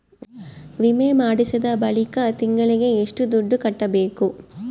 ವಿಮೆ ಮಾಡಿಸಿದ ಬಳಿಕ ತಿಂಗಳಿಗೆ ಎಷ್ಟು ದುಡ್ಡು ಕಟ್ಟಬೇಕು?